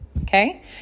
okay